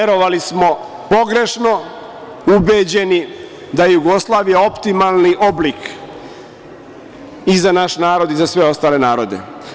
Verovali smo pogrešno, ubeđeni da je Jugoslavija optimalni oblik i za naš narod i za sve ostale narode.